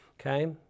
okay